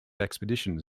expeditions